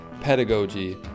pedagogy